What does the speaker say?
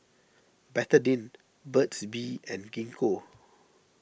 Betadine Burt's Bee and Gingko